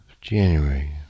January